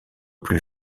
plus